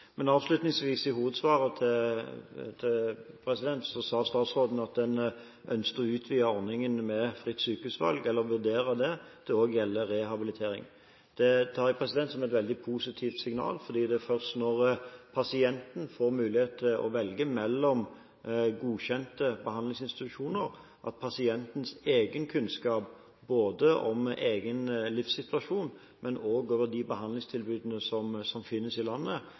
Men avslutningsvis i hovedsvaret sa statsråden at en vurderte å utvide ordningen med fritt sykehusvalg til også å gjelde rehabilitering. Det tar jeg som et veldig positivt signal. Det er først når pasienten får mulighet til å velge mellom godkjente behandlingsinstitusjoner, at pasientens egen kunnskap både om egen livssituasjon og om de behandlingstilbudene som finnes i landet,